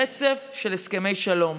רצף של הסכמי שלום.